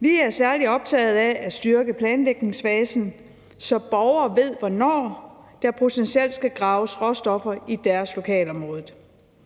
Vi er særlig optaget af at styrke planlægningsfasen, så borgere ved, hvornår der potentielt skal graves råstoffer i deres lokalområde.